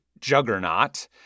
juggernaut